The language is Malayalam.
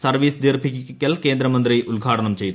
സർവ്വീസ് ദീർഘിപ്പിക്കൽ കേന്ദ്ര മന്ത്രി ഉദ്ഘാടനം ചെയ്തു